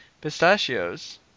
pistachios